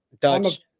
Dutch